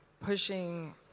pushing